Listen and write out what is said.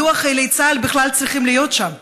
מדוע חיילי צה"ל בכלל צריכים להיות שם?